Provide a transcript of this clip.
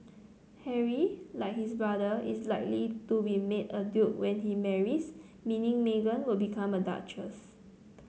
Harry like his brother is likely to be made a duke when he marries meaning Meghan would become a duchess